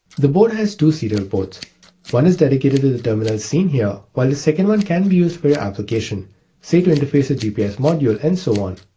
the board has two serial ports one is dedicated to the terminal seen here while the second one can be used for your application say to interface to a gps module and so on.